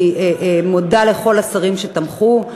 אני מודה לכל השרים שתמכו.